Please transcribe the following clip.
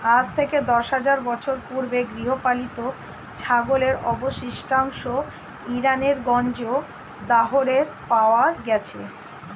আজ থেকে দশ হাজার বছর পূর্বে গৃহপালিত ছাগলের অবশিষ্টাংশ ইরানের গঞ্জ দারেহে পাওয়া গেছে